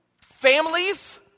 Families